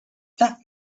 that